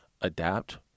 adapt